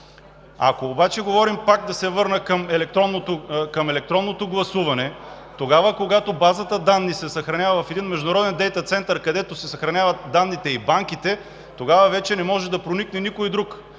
и както поиска. Пак да се върна към електронното гласуване. Тогава, когато базата данни се съхранява в един международен дейта център, където си съхраняват данните и банките, тогава вече не може да проникне никой друг,